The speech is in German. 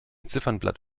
ziffernblatt